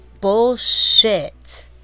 bullshit